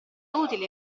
utile